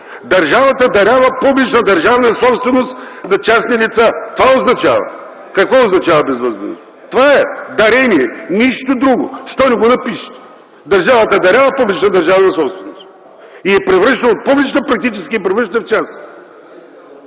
Държавата дарява публична държавна собственост на частни лица. Това означава! Какво означава безвъзмездно? Това е дарение, нищо друго. Защо не го напишете: „държавата дарява публична държавна собственост и я превръща от публична в частна”?!